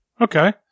Okay